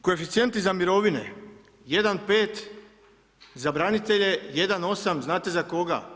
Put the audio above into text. Koeficijenti za mirovine, 1,5 za branitelje, 1,8 znate za koga?